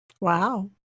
Wow